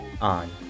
on